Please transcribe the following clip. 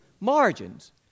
Margins